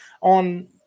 on